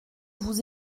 vous